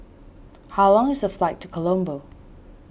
how long is the flight to Colombo